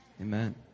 Amen